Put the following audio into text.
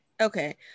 Okay